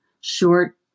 short